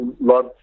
love